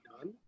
done